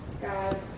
God